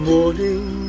Morning